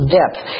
depth